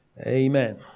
Amen